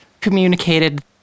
communicated